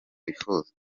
wifuza